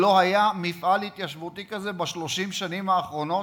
לא היה מפעל התיישבותי כזה ב-30 השנים האחרונות,